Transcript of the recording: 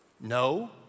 No